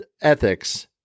ethics